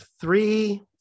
three